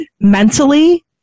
mentally